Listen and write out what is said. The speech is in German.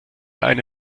eine